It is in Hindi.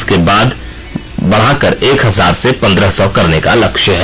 इसे बाद में बढ़ाकर एक हजार से पंद्रह सौ करने का लक्ष्य है